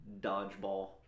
dodgeball